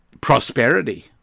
prosperity